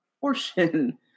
portion